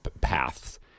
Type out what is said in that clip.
paths